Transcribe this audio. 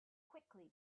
quickly